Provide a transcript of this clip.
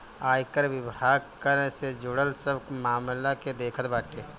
आयकर विभाग कर से जुड़ल सब मामला के देखत बाटे